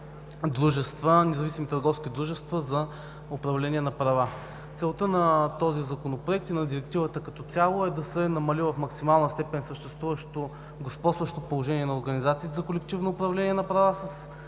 права и на независими търговски дружества за управление на права. Целта на този законопроект и на Директивата като цяло е да се намали в максимална степен съществуващото господстващо положение на организациите за колективно управление на права с